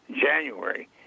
January